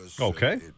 Okay